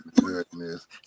goodness